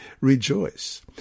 rejoice